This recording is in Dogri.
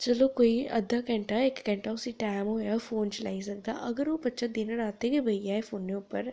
चलो कोई अद्धा घैंटा इक घैंटा उस्सी टाइम होए ओह् फोन चलाई सकदा अगर ओह् बच्चा दिन रातीं गै बेही जाए फोनै उप्पर